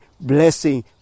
blessing